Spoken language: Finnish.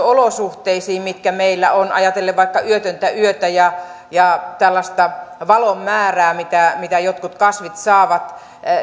olosuhteisiin mitkä meillä on ajatellen vaikka yötöntä yötä ja ja valon määrää mitä mitä jotkut kasvit saavat